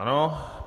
Ano.